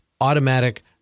automatic